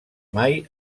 mai